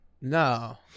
no